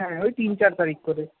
হ্যাঁ ওই তিন চার তারিখ করে